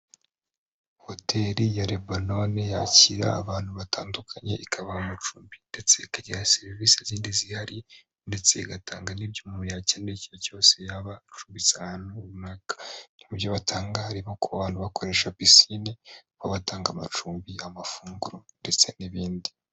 Hoteli ya lebonone yakira abantu batandukanye, ikabaha amacumbi ndetse ikagira serivisi zindi zihari, ndetse igatanga n'ibyo umuntu yakeneye, ikintu cyose yaba acubitse ahantu runaka, mu ibyo batanga harimo ku bantu bakoresha pisine, bakaba batanga amacumbi, amafunguro ndetse n'ibindi.